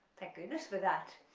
thank goodness for that,